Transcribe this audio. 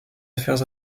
affaires